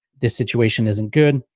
this situation isn't good.